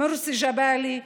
מורסי ג'באלי,